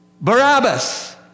Barabbas